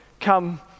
come